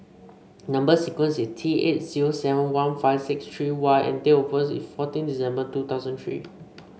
number sequence is T eight zero seven one five six three Y and date of birth is fourteen December two thousand three